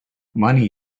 money